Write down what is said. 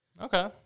Okay